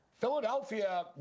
Philadelphia